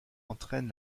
entraîne